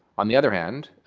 on the other hand,